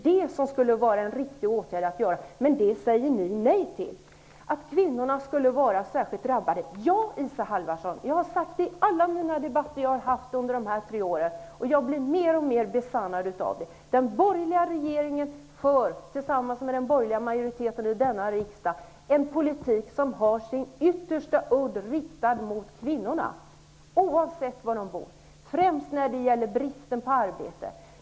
Det skulle vara en riktig åtgärd, men det säger ni nej till. Ja, Isa Halvarsson, jag har i alla debatter under de gångna tre åren sagt att kvinnorna är särskilt drabbade, och det besannas också mer och mer. Den borgerliga regeringen för tillsammans med den borgerliga majoriteten i riksdagen en politik som ytterst har sin udd riktad mot kvinnorna, oavsett var de bor. Det gäller främst beträffande bristen på arbete.